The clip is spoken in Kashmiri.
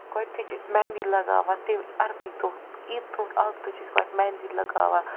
گۄڈٕنِتھٕے چھِ أسۍ مہندی لَگاوان تہٕ اَرفٕکۍ دۄہ عیٖد برونٹھ اکھ دۄہ چھِ أسۍ مہندی لَگاوان